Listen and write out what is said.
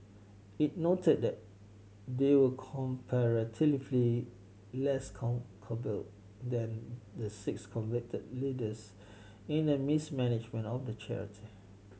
it noted that they were comparatively less culpable than the six convicted leaders in the mismanagement of the charity